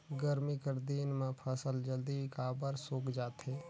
गरमी कर दिन म फसल जल्दी काबर सूख जाथे?